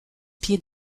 pied